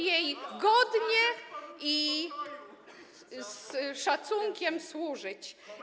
jej godnie i z szacunkiem służyć.